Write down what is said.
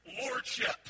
lordship